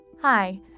Hi